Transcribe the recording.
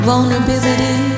Vulnerability